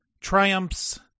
triumphs